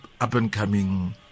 up-and-coming